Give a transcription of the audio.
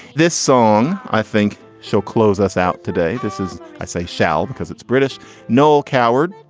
this song. i think she'll close us out today. this is i say shall because it's british noel coward.